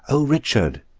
o richard,